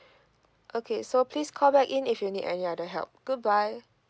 okay so please call back in if you need any other help goodbye